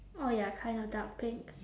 oh ya kind of dark pink